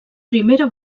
primera